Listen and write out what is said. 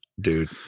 dude